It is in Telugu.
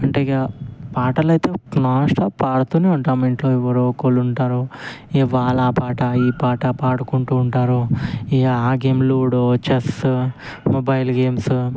అంటే ఇక పాటలు అయితే నాన్ స్టాప్ పాడుతూనే ఉంటాము ఇంట్లో ఎవరో ఒకరు ఉంటారు ఇవాళ ఆ పాట ఈ పాట పాడుకుంటూ ఉంటారు ఇక game ludo chess mobile games